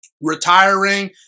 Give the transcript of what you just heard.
retiring